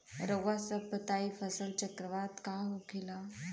रउआ सभ बताई फसल चक्रवात का होखेला?